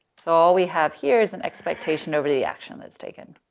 so all we have here is an expectation over the action that's taken.